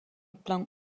plan